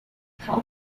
how